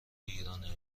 ایرانه